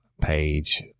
page